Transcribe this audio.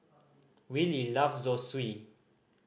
Willy loves Zosui